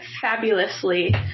fabulously